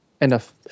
enough